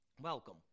Welcome